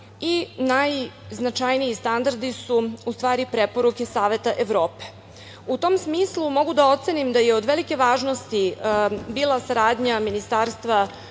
i najznačajniji standardi su u stvari preporuke Saveta Evrope.U tom smislu, mogu da ocenim da je od velike važnosti bila saradnja Ministarstva